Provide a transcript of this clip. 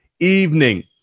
evening